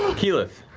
keyleth.